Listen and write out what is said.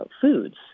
foods